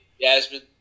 Jasmine